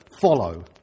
follow